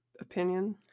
opinion